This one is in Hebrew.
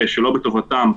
שלא בטובתם,